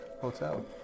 Hotel